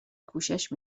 کوشش